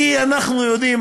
כי אנחנו יודעים,